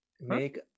make